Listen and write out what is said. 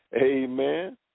Amen